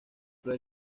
los